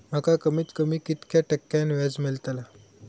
माका कमीत कमी कितक्या टक्क्यान व्याज मेलतला?